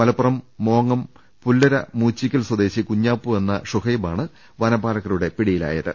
മലപ്പുറം മോങ്ങംപുല്ലര മൂച്ചിക്കൽ സ്വദേശി കുഞ്ഞാപ്പു എന്ന ഷുഹൈബ് ആണ് വനപാലകരുടെ പിടിയിലായത്